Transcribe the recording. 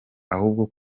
ahubwo